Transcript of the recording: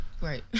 Right